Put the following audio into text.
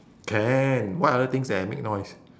can what other things that make noise